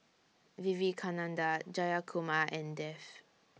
Vivekananda Jayakumar and Dev